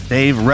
Dave